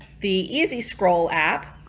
the easy scroll app